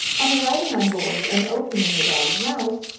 on arriving on board and opening the dog's mouth,